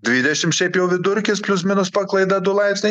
dvidešim šiaip jau vidurkis plius minus paklaida du laipsniai